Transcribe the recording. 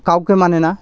কাউকে মানে না